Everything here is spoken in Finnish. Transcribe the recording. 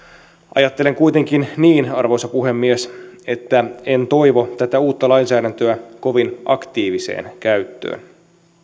ajattelen kuitenkin niin arvoisa puhemies että en toivo tätä uutta lainsäädäntöä kovin aktiiviseen käyttöön